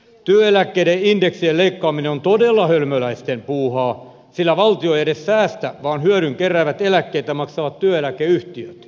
työeläkkeiden indeksien leikkaaminen on todella hölmöläisten puuhaa sillä valtio ei edes säästä vaan hyödyn keräävät eläkkeitä maksavat työeläkeyhtiöt